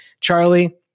Charlie